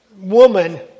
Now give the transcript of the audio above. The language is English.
woman